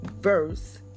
verse